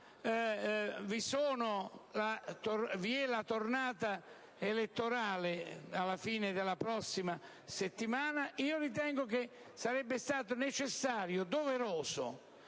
vi è la tornata elettorale alla fine della prossima settimana, sarebbe stato necessario e doveroso